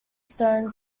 stone